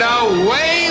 away